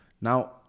Now